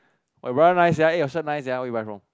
my brother nice sia eh your shirt nice sia where you buy from